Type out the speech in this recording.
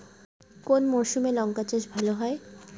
কোন মরশুমে লঙ্কা চাষ ভালো হয়?